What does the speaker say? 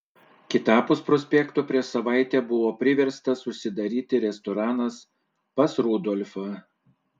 kitapus prospekto prieš savaitę buvo priverstas užsidaryti restoranas pas rudolfą